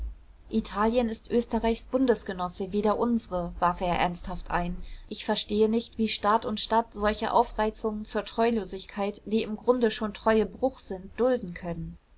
italien ist österreichs bundesgenosse wie der unsere warf er ernsthaft ein ich verstehe nicht wie staat und stadt solche aufreizungen zur treulosigkeit die im grunde schon treubruch sind dulden können